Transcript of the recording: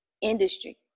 industry